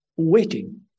waiting